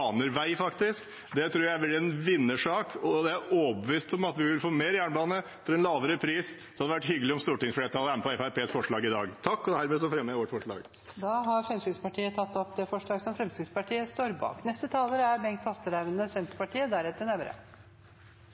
faktisk. Det tror jeg blir en vinnersak. Jeg er overbevist om at vi vil få mer jernbane for en lavere pris, så det hadde vært hyggelig om stortingsflertallet ville være med på Fremskrittspartiets forslag i dag. Herved fremmer jeg vårt forslag. Representanten Tor André Johnsen har tatt opp det